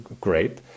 great